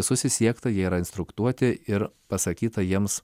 susisiekta jie yra instruktuoti ir pasakyta jiems